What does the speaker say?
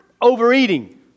overeating